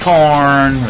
Corn